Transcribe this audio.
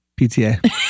PTA